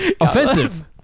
offensive